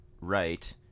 right